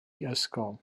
ysgol